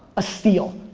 a steal.